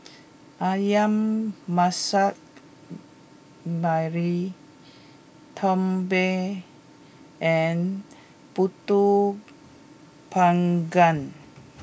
Ayam Masak Merah Tumpeng and Pulut Panggang